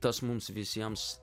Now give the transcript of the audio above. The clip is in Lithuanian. tas mums visiems